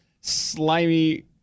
slimy